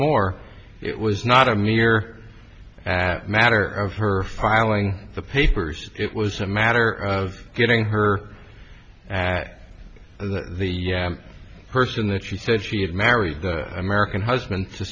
more it was not a mere matter of her filing the papers it was a matter of getting her the person that she said she had married the american husband to